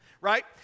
right